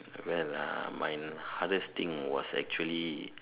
well uh my hardest thing was actually